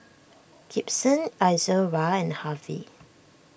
Gibson Izora and Harvy